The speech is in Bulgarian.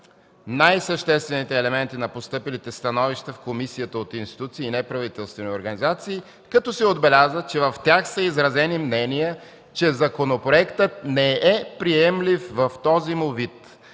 най-съществените елементи на постъпилите становища в комисията от институции и неправителствени организации, като се отбеляза, че в тях са изразени мнения, че законопроектът не е приемлив в този му вид.